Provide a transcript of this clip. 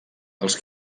els